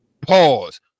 Pause